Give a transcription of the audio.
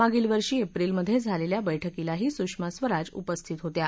मागिल वर्षी एप्रिलमध्ये झालेल्या बैठकीलाही सुषमा स्वराज उपस्थित होत्या